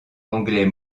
anglais